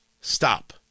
stop